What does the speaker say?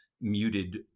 muted